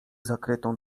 zakrytą